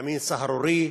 ימין סהרורי,